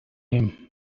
him